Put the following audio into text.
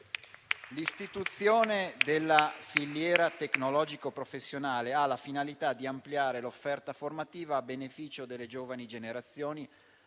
L'istituzione della filiera tecnologico-professionale ha la finalità di ampliare l'offerta formativa a beneficio delle giovani generazioni